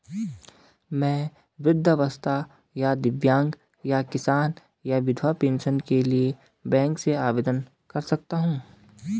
मैं वृद्धावस्था या दिव्यांग या किसान या विधवा पेंशन के लिए बैंक से आवेदन कर सकता हूँ?